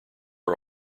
are